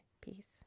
peace